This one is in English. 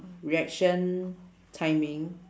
reaction timing